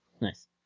Nice